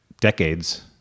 decades